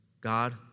God